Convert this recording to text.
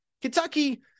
Kentucky